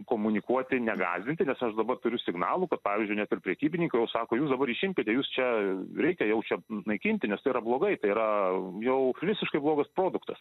komunikuoti negąsdinti nes aš dabar turiu signalų kad pavyzdžiui net ir prekybininkai jau sako jūs dabar išimkite jus čia reikia jau čia n naikinti nes tai yra blogai tai yra jau visiškai blogas produktas